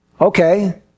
Okay